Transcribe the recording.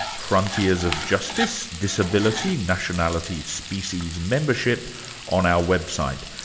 frontiers of justice disability, nationality, species membership on our website.